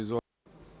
Izvolite.